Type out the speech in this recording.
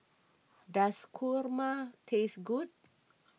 does Kurma taste good